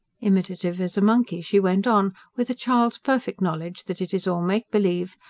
imitative as a monkey she went on with a child's perfect knowledge that it is all make-believe,